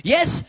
Yes